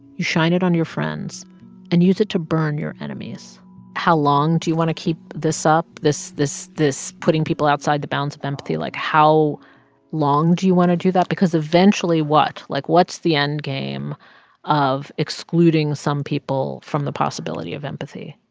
you shine it on your friends and use it to burn your enemies how long do you want to keep this up, this putting people putting people outside the bounds of empathy? like, how long do you want to do that because eventually what? like, what's the endgame of excluding some people from the possibility of empathy?